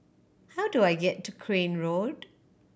how do I get to Crane Road